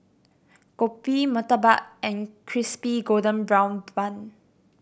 kopi murtabak and Crispy Golden Brown Bun